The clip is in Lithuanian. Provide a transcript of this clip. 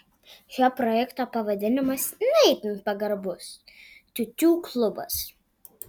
šio projekto pavadinimas ne itin pagarbus tiutiū klubas